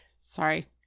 Sorry